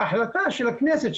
ההחלטה של הכנסת,